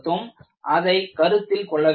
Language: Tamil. எனவே அதை கருத்தில் கொள்ள வேண்டும்